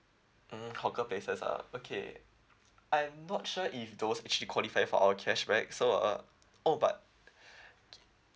mm hawker places ah okay I'm not sure if those actually qualify for our cashback so uh oh but